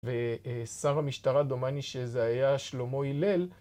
ושר המשטרה דומני שזה היה שלמה הלל